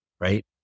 right